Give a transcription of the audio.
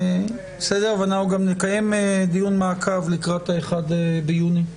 ואנחנו גם נקיים דיון מעקב לקראת ה-1 ביוני,